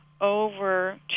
over